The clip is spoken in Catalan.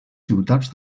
ciutats